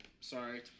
sorry